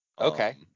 Okay